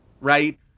right